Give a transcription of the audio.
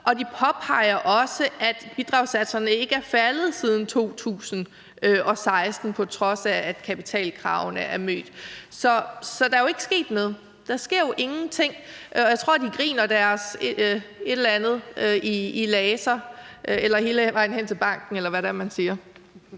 og de påpeger også, at bidragssatserne ikke er faldet siden 2016, på trods af at kapitalkravene er mødt. Så der er ikke sket noget. Der sker jo ingenting. Jeg tror, de griner deres et eller andet i laser eller griner hele vejen hen til banken, eller hvad det er, man siger.